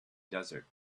desert